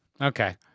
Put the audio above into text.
Okay